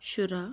شُراہ